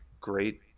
great